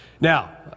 Now